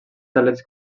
xalets